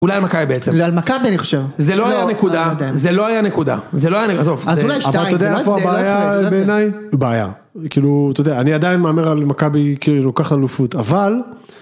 אולי על מכבי בעצם, זה לא היה נקודה, זה לא היה נקודה, זה לא היה נקודה, אז אולי שתיים, אתה יודע איפה הבעיה בעיניי, בעיה, כאילו אתה יודע, אני עדיין מאמר על מכבי, כאילו לוקחת אליפות, אבל